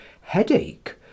headache